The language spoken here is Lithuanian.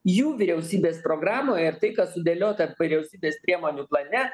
jų vyriausybės programoje ir tai kas sudėliota vyriausybės priemonių plane